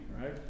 right